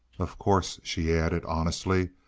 of course, she added, honestly,